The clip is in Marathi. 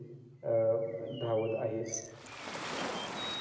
शारीरिकदृष्ट्या फ्रेश आणि सुदृढ राहतो कोणत्याही आजारापासून